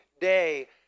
day